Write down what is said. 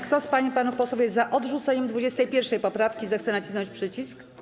Kto z pań i panów posłów jest za odrzuceniem 21. poprawki, zechce nacisnąć przycisk.